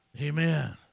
Amen